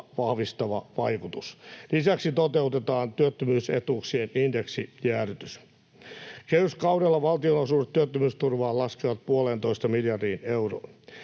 vahvistava vaikutus. Lisäksi toteutetaan työttömyysetuuksien indeksijäädytys. Kehyskaudella valtionosuudet työttömyysturvaan laskevat 1,5 miljardiin euroon.